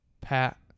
Pat